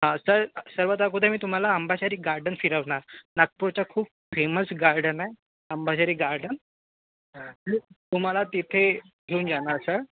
sir सर्वात अगोदर मी तुम्हाला अंबाझरी गार्डन फिरवणार नागपूरचा खूप फेमस गार्डन आहे अंबाझरी गार्डन तुम्हाला तिथे घेऊन जाणार सर